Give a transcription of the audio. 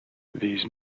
these